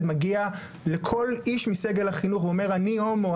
מגיע לכל איש מסגל החינוך ואומר אני הומו,